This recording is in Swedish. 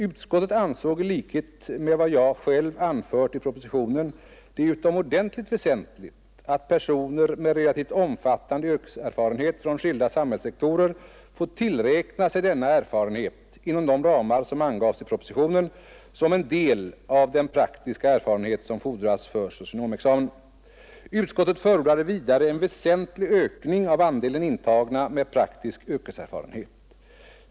Utskottet ansåg i likhet med vad jag själv anfört i propositionen det utomordentligt väsentligt att personer med relativt omfattande yrkeserfarenhet från skilda sam hällssektorer får tillgodoräkna sig denna erfarenhet — inom de ramar som angavs i propositionen — som en del av den praktiska erfarenhet som fordras för socionomexamen. Utskottet förordade vidare en väsentlig ökning av andelen intagna med praktisk yrkeserfarenhet.